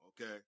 okay